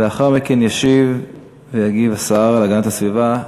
ולאחר מכן ישיב ויגיב השר להגנת הסביבה,